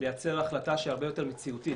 לייצר החלטה שהיא הרבה יותר מציאותית,